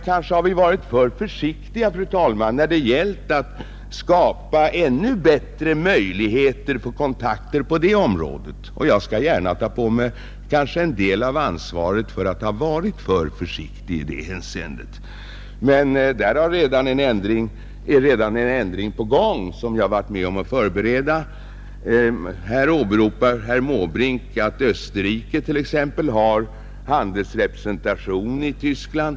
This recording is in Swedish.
Kanske har vi varit för långsamma, fru talman, när det gäller att skapa ännu bättre möjligheter för kontakter på detta område. Jag skall gärna ta på mig en del av ansvaret för att ha varit för försiktig i det hänseendet, Men en ändring är redan på gång, vilken jag har varit med om att förbereda, Herr Måbrink åberopade attt. ex, Österrike har handelsrepresentation i Östtyskland.